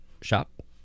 Shop